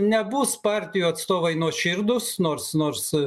nebus partijų atstovai nuoširdūs nors nors